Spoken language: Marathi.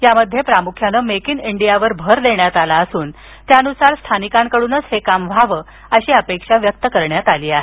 यामध्ये प्रामुख्याने मेक इन इंडिया भर देण्यात आला असून त्यानुसार स्थानिकांकडूनच हे काम व्हावं अशी अपेक्षा व्यक्त करण्यात आली आहे